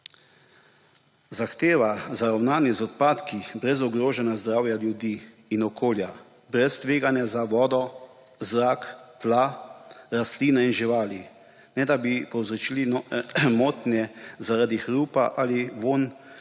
Zahteva za ravnanje z odpadki brez ogrožanja zdravja ljudi in okolja, brez tveganja za vodo, zrak, tla, rastline in živali, ne da bi povzročili motnje zaradi hrupa ali vonja